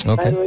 Okay